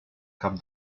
cap